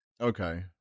Okay